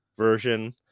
version